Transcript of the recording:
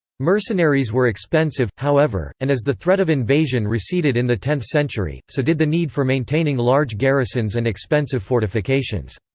mercenaries were expensive, however, and as the threat of invasion receded in the tenth century, so did the need for maintaining large garrisons and expensive fortifications.